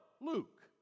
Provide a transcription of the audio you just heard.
Luke